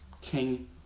King